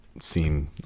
seen